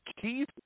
Keith